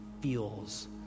feels